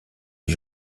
les